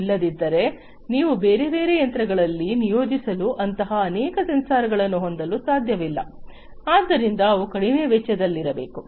ಇಲ್ಲದಿದ್ದರೆ ನೀವು ಬೇರೆ ಬೇರೆ ಯಂತ್ರಗಳಲ್ಲಿ ನಿಯೋಜಿಸಲು ಅಂತಹ ಅನೇಕ ಸೆನ್ಸಾರ್ಗಳನ್ನು ಹೊಂದಲು ಸಾಧ್ಯವಿಲ್ಲ ಆದ್ದರಿಂದ ಅವು ಕಡಿಮೆ ವೆಚ್ಚದಲ್ಲಿರಬೇಕು